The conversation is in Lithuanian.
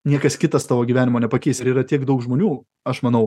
niekas kitas tavo gyvenimo nepakeis ir yra tiek daug žmonių aš manau